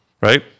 right